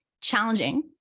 challenging